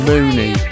Mooney